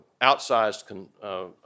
outsized